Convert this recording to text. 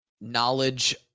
knowledge